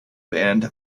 band